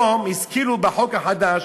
גם היום השכילו בחוק החדש,